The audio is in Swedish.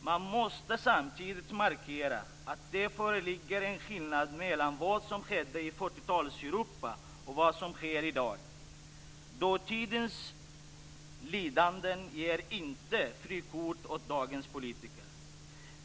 man måste samtidigt markera att det föreligger en skillnad mellan vad som skedde i 40 talets Europa och vad som sker i dag. Dåtidens lidanden ger inte frikort åt dagens politiker.